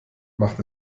macht